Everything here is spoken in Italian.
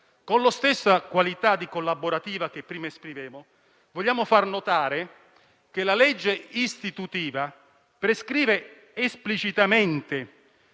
Con lo stesso spirito collaborativo prima espresso, vogliamo far notare che la legge istitutiva prescrive esplicitamente